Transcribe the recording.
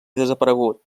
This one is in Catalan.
desaparegut